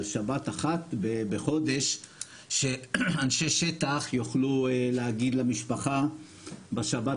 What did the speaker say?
על שבת אחת בחודש שאנשי שטח יוכלו להגיד למשפחה בשבת